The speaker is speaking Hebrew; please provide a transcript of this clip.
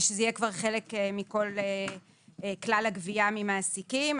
שזה יהיה כבר חלק מכל כלל הגבייה ממעסיקים.